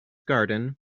garden